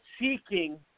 seeking